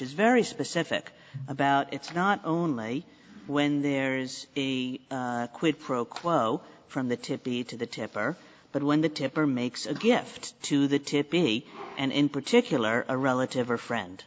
is very specific about it's not only when there is a quid pro quo from the tipi to the tipper but when the tipper makes a gift to the tipi and in particular a relative or friend